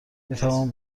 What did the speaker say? میتوان